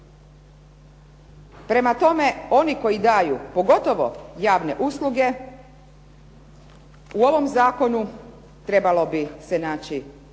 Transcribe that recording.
Prema tome, oni koji daju pogotovo javne usluge u ovom zakonu trebali bi se naći nešto